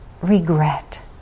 regret